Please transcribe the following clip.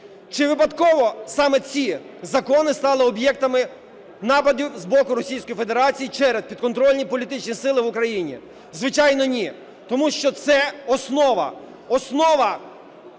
Чи випадково саме ці закони стали об'єктами нападів з боку Російської Федерації через підконтрольні політичні сили в Україні? Звичайно, ні. Тому що це основа, основа